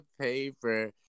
paper